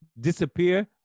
Disappear